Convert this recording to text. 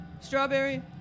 strawberry